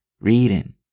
reading